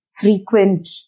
frequent